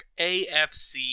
AFC